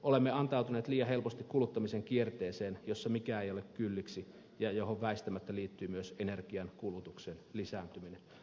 olemme antautuneet liian helposti kuluttamisen kierteeseen jossa mikään ei ole kylliksi ja johon väistämättä liittyy myös energiankulutuksen lisääntyminen